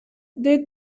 they